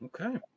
Okay